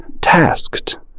tasked